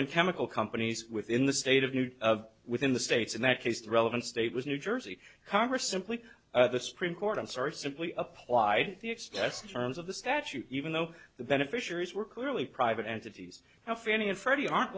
and chemical companies within the state of new within the states in that case the relevant state was new jersey congress simply the supreme court i'm sorry simply applied the it's just terms of the statute even though the beneficiaries were clearly private entities and fannie and freddie aren't